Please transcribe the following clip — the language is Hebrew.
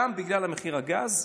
גם בגלל מחיר הגז.